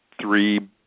three